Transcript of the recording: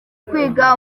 kwiga